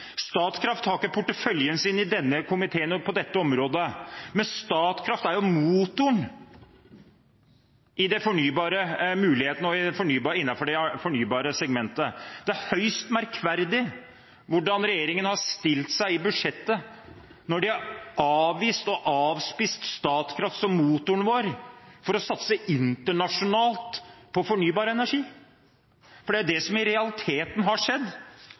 Statkraft har ikke porteføljen sin i denne komiteen og på dette området, men Statkraft er motoren når det gjelder mulighetene innenfor det fornybare segmentet. Det er høyst merkverdig hvordan regjeringen har stilt seg i budsjettet når de har avvist og avspist Statkraft som motoren vår for å satse internasjonalt på fornybar energi. Det er jo dette som i realiteten har skjedd.